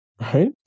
right